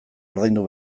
ordaindu